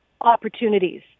opportunities